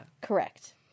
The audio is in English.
Correct